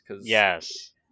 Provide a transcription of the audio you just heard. Yes